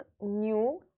new